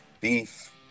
beef